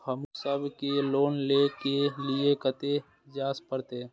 हमू सब के लोन ले के लीऐ कते जा परतें?